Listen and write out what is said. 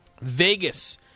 Vegas